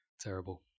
terrible